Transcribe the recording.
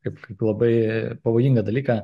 kaip kaip labai pavojingą dalyką